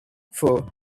for